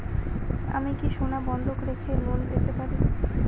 আমি কি সোনা বন্ধক রেখে লোন পেতে পারি?